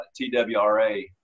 TWRA